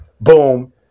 Boom